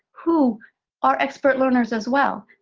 who are expert learners as well.